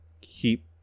keep